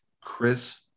chris